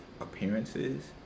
appearances